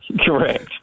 correct